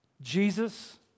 Jesus